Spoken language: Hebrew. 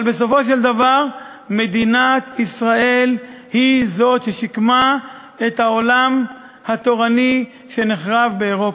אבל בסופו של דבר מדינת היא ששיקמה את העולם התורני שנחרב באירופה.